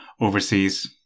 overseas